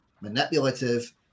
manipulative